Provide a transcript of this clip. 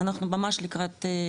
אנחנו ממש לקראת,